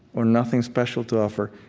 or nothing special to offer,